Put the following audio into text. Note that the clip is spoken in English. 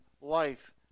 life